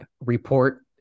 report